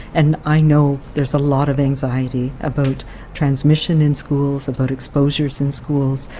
and i know there's a lot of anxiety about transmission in schools, about exposures in schools.